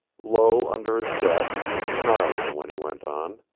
low under his breath he was snarling when he went on.